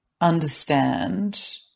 understand